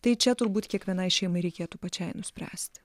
tai čia turbūt kiekvienai šeimai reikėtų pačiai nuspręsti